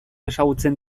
ezagutzen